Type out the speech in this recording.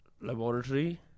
laboratory